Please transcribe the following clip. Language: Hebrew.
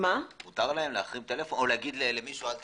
מותר להם להחרים טלפון או לומר למישהו לא לצלם?